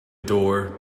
door